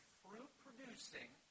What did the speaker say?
fruit-producing